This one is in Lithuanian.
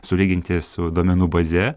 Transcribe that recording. sulyginti su duomenų baze